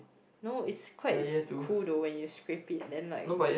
no it's quite cool though when you scrape it then like